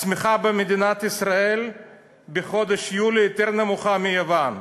הצמיחה של מדינת ישראל בחודש יולי יותר נמוכה משל יוון.